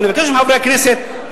ואני מבקש מחברי הכנסת,